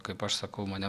kaip aš sakau mane